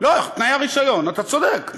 תנאי הרישיון, אתה צודק.